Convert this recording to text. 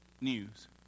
news